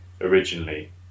originally